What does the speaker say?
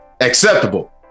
Acceptable